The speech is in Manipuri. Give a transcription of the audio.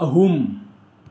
ꯑꯍꯨꯝ